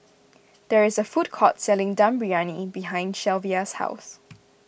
there is a food court selling Dum Briyani behind Shelvia's house